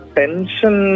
tension